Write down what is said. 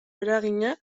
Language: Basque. eragina